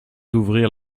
d’ouvrir